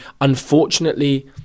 unfortunately